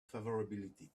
favorability